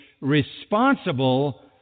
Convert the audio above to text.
responsible